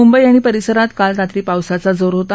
मुंबई आणि परिसरात काल रात्री पावसाचा जोर होता